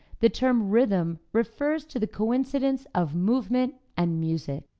the term rhythm refers to the coincidence of movement and music,